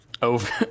Over